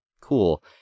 cool